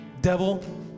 Devil